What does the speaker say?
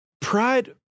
pride